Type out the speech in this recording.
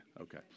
Okay